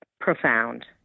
profound